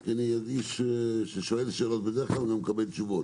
כי מי ששואל שאלות בדרך כלל גם מקבל תשובות,